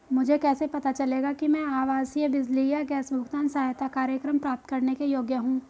मुझे कैसे पता चलेगा कि मैं आवासीय बिजली या गैस भुगतान सहायता कार्यक्रम प्राप्त करने के योग्य हूँ?